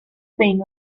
بین